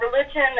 religion